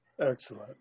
excellent